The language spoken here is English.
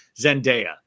Zendaya